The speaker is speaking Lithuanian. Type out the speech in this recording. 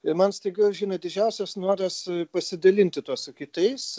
ir man staiga žinot didžiausias noras pasidalinti tuo su kitais